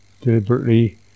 deliberately